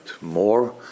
more